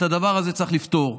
את הדבר הזה צריך לפתור.